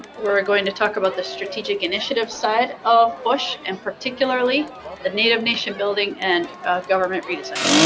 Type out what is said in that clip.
we're going to talk about the strategic initiative side of bush, and particularly the native nation building and government redesign